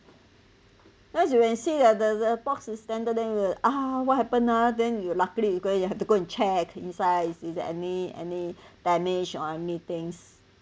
when you see the the the box is standard then you will ah what happen ah then you luckily you go you have to go and check inside is there any any damage or anything